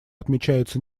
отмечаются